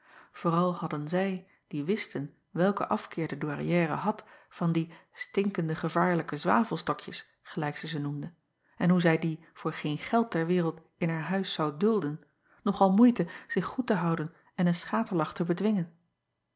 vooral hadden zij die wisten welken afkeer de ouairière had van die stinkende gevaarlijke zwavelstokjes gelijk zij ze noemde en hoe zij die voor geen geld ter wereld in haar huis zou dulden acob van ennep laasje evenster delen nog al moeite zich goed te houden en een schaterlach te bedwingen